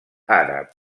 àrab